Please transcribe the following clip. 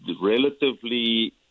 relatively